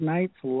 Nights